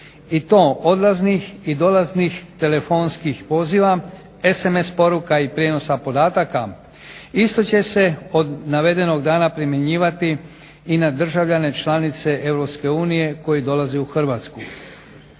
i to odlaznih i dolaznih telefonskih poziva, SMS poruka i prijenosa podataka. Isto će se od navedenog dana primjenjivati i na državljane članice Europske unije koji dolaze u Hrvatsku.